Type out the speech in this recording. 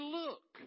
look